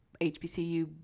hbcu